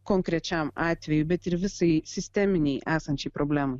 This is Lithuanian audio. konkrečiam atvejui bet ir visai sisteminiai esančiai problemai